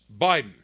Biden